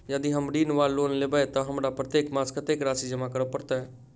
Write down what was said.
यदि हम ऋण वा लोन लेबै तऽ हमरा प्रत्येक मास कत्तेक राशि जमा करऽ पड़त?